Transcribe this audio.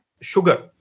sugar